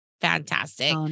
fantastic